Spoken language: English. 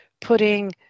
putting